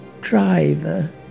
driver